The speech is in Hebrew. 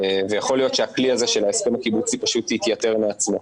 ויכול להיות שהכלי הזה של ההסכם הקיבוצי פשוט יתייתר מעצמו.